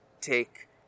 take